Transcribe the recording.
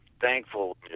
thankful